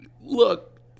Look